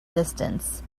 distance